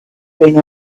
been